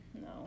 No